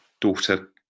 daughter